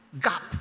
gap